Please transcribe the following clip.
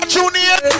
Junior